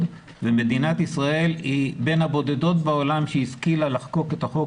ומדינת ישראל היא בין הבודדות בעולם שהשכילה לחקוק את החוק